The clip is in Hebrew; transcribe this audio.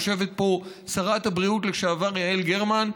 יושבת פה שרת הבריאות לשעבר יעל גרמן,